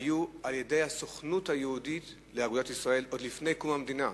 היתה על-ידי הסוכנות היהודית לאגודת ישראל עוד לפני קום המדינה.